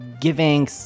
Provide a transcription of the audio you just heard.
giving